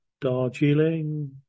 Darjeeling